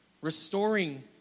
restoring